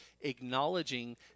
acknowledging